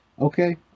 okay